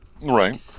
right